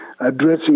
addressing